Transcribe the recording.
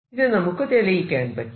ഇത് നമുക്ക് തെളിയിക്കാൻ പറ്റും